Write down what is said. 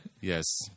Yes